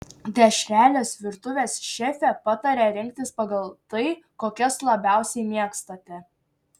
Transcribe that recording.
dešreles virtuvės šefė pataria rinktis pagal tai kokias labiausiai mėgstate